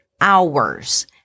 hours